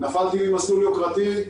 נפלתי ממסלול יוקרתי,